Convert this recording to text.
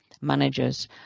managers